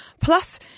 Plus